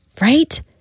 right